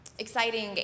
Exciting